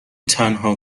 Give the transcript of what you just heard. تنها